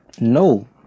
No